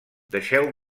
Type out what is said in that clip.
deixeu